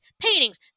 paintings